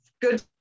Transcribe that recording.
Good